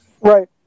Right